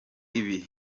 ibi